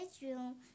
bedroom